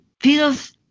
feels